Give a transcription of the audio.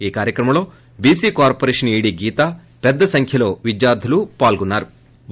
ఈ కార్యక్రమంలో BC corporation ED Geetha పద్ద సంఖ్యలో విద్యార్గులు పాల్గొన్సారు